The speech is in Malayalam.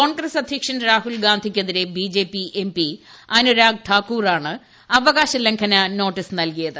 കോൺഗ്രസ് അധൃക്ഷൻ രാഹുൽ ഗാന്ധിക്കെതിരെ B J P M P Anurag താക്കൂറാണ് അവകാശ ലംഘന നോട്ടീസ് നൽകിയത്